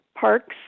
Parks